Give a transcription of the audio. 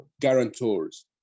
guarantors